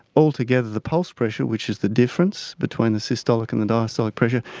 altogether the pulse pressure, which is the difference between the systolic and the diastolic pressure,